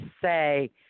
say